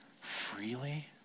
freely